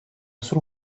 solo